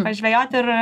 pažvejoti ir